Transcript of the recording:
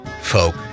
folk